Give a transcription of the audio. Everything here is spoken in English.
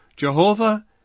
Jehovah